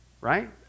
Right